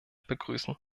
begrüßen